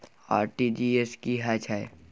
RTG S की है छै?